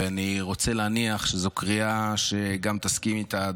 ואני רוצה להניח שזו קריאה שגם תסכים איתה,